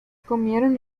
comieron